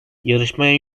yarışmaya